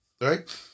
right